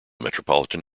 metropolitan